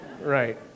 Right